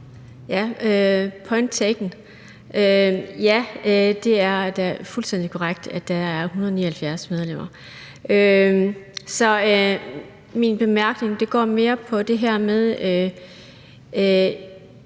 Ja, det er da fuldstændig korrekt, at der er 179 medlemmer. Så min bemærkning går mere på det her med